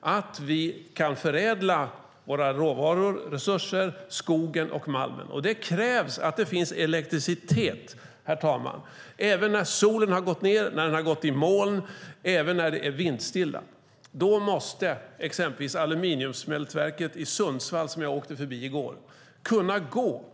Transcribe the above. att vi kan förädla våra råvaruresurser skogen och malmen. Det krävs att det finns elektricitet, herr talman. Även när solen har gått ned, när den har gått i moln och när det är vindstilla måste exempelvis aluminiumsmältverket i Sundsvall som jag åkte förbi i går kunna gå.